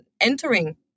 entering